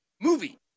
movie